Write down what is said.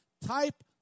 type